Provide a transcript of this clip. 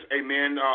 amen